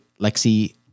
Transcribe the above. Lexi